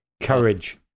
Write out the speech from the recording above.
Courage